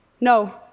No